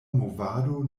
movado